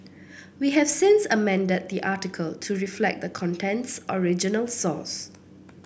we have since amended the article to reflect the content's original source